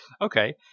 Okay